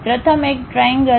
પ્રથમ એક ત્રિએન્ગ્લ